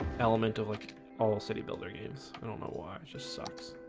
element of like all city builder games. i don't know why it just sucks